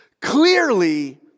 Clearly